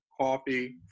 coffee